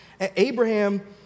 Abraham